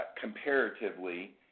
comparatively